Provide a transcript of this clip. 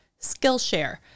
Skillshare